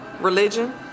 Religion